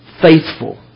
faithful